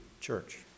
church